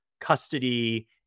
custody